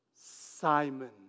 Simon